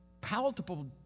palatable